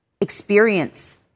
experience